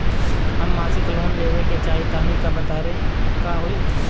हम मासिक लोन लेवे के चाह तानि का करे के होई?